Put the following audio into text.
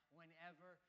whenever